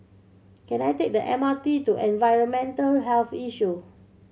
can I take the M R T to Environmental Health Issue